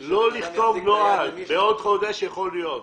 לא לכתוב נוהל, בעוד חודש זה יכול להיות,